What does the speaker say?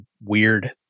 weird